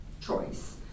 choice